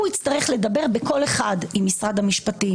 הוא יצטרך לדבר בקול אחד עם משרד המשפטים,